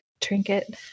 trinket